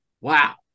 wow